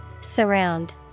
Surround